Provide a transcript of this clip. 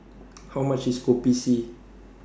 How much IS Kopi C